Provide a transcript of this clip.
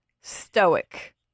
stoic